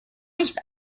nicht